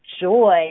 joy